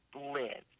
live